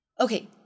Okay